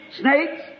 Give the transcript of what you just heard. snakes